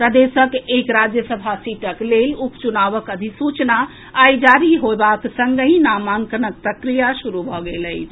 प्रदेशक एक राज्यसभा सीटक लेल उपचुनावक अधिसूचना आइ जारी होएबाक संगहि नामांकनक प्रक्रिया शुरू भऽ गेल अछि